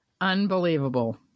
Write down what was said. Unbelievable